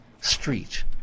Street